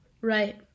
Right